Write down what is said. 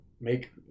make –